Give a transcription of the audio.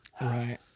Right